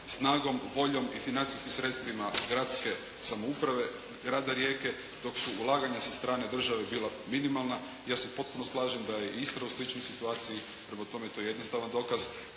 snagom, voljom i financijskim sredstvima Gradske samouprave grada Rijeke, dok su ulaganja sa strane države bila minimalna. Ja se potpuno slažem da je Istra u sličnoj situaciji, prema tome to je jednostavan dokaz